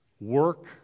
Work